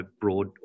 broad